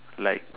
like